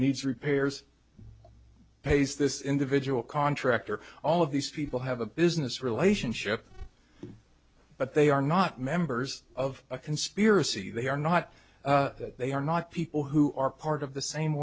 needs repairs pace this individual contractor all of these people have a business relationship but they are not members of a conspiracy they are not that they are not people who are part of the same